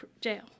jail